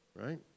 right